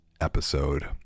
episode